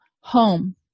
Home